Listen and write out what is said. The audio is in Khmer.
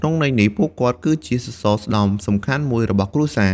ក្នុងន័យនេះ ពួកគាត់គឺជាសរសរស្តម្ភសំខាន់មួយរបស់គ្រួសារ។